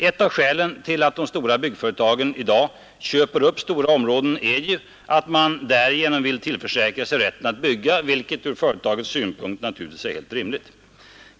Ett av skälen till att de stora byggföretagen i dag köper upp stora områden är ju att man därigenom vill tillförsäkra sig rätten att bygga, vilket ur företagets synpunkt naturligtvis är helt rimligt.